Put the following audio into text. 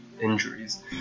injuries